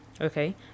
okay